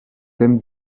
thèmes